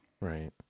right